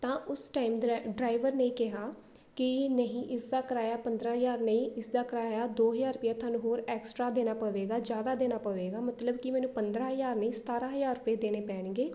ਤਾਂ ਉਸ ਟਾਈਮ ਦਰਾ ਡਰਾਈਵਰ ਨੇ ਕਿਹਾ ਕਿ ਨਹੀਂ ਇਸਦਾ ਕਿਰਾਇਆ ਪੰਦਰ੍ਹਾਂ ਹਜ਼ਾਰ ਨਹੀਂ ਇਸਦਾ ਕਿਰਾਇਆ ਦੋ ਹਜ਼ਾਰ ਰੁਪਇਆ ਤੁਹਾਨੂੰ ਹੋਰ ਐਕਸਟਰਾ ਦੇਣਾ ਪਵੇਗਾ ਜ਼ਿਆਦਾ ਦੇਣਾ ਪਵੇਗਾ ਮਤਲਬ ਕਿ ਮੈਨੂੰ ਪੰਦਰ੍ਹਾਂ ਹਜ਼ਾਰ ਨਹੀਂ ਸਤਾਰ੍ਹਾਂ ਹਜ਼ਾਰ ਰੁਪਏ ਦੇਣੇ ਪੈਣਗੇ